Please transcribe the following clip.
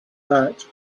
that